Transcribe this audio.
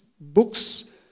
books